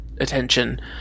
attention